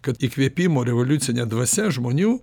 kad įkvėpimų revoliucinė dvasia žmonių